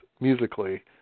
musically